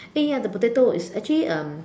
eh ya the potatoes it's actually um